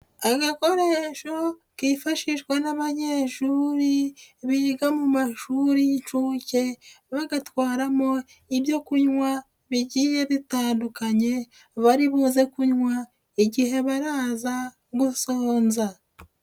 Agakoresho kifashishwa n'abanyeshuri biga mu mashuri y'inshuke bagatwaramo ibyo kunywa bigiye bitandukanye baribuze kunywa igihe baraza gusonza.